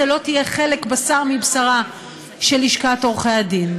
לא תהיה בשר מבשרה של לשכת עורכי הדין.